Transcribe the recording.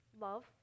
Love